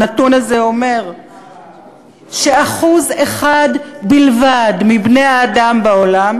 והנתון הזה אומר ש-1% בלבד מבני-האדם בעולם